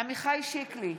עמיחי שיקלי,